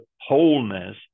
Wholeness